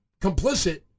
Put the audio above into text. complicit